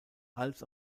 als